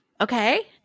Okay